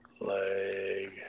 leg